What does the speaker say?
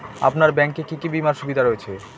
আপনার ব্যাংকে কি কি বিমার সুবিধা রয়েছে?